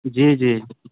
جی جی